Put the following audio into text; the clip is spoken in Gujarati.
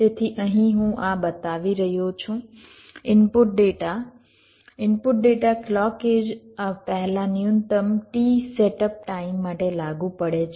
તેથી અહીં હું આ બતાવી રહ્યો છું input data input data clock edge પહેલાં ન્યૂનતમ t સેટઅપ ટાઈમ માટે લાગુ પડે છે